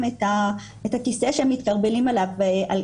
את הכיסא שעליו הם מתכרבלים עם אמא,